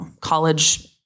college